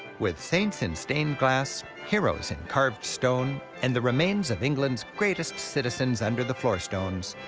with saints in stained glass, heroes in carved stone, and the remains of england's greatest citizens under the floor stones,